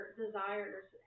desires